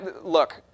look